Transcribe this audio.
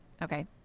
Okay